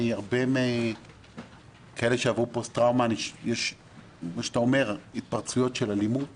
בקרב רבים מבין האנשים שעברו פוסט טראומה יש התפרצויות של אלימות